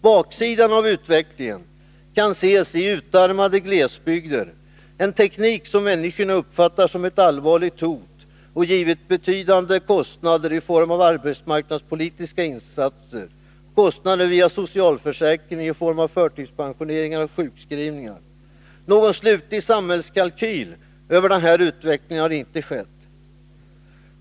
Baksidan av denna utveckling kan ses i utarmade glesbygder samt i en teknik som människorna uppfattar som ett allvarligt hot och som givit betydande kostnader i form av arbetsmarknadspolitiska insatser och kostnader via socialförsäkringen i form av förtidspensioneringar och sjukskrivningar. Någon slutlig samhällskalkyl över denna utveckling har inte skett.